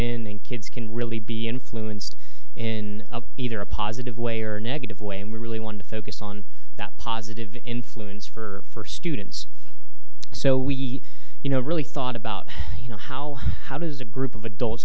in kids can really be influenced in either a positive way or negative way and we really want to focus on that positive influence for students so we you know really thought about you know how how does a group of adults